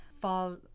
fall